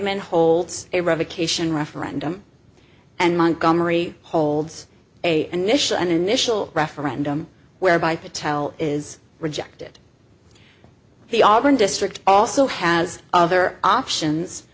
revocation referendum and montgomery holds a initial an initial referendum whereby patel is rejected the auburn district also has other options